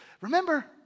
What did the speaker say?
remember